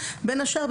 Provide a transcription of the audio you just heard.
בין השאר,